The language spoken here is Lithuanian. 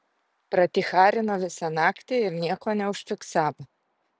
praticharino visą naktį ir nieko neužfiksavo